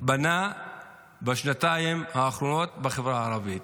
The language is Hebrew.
בנה בשנתיים האחרונות בחברה הערבית?